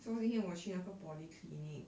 so 今天我去那个 polyclinic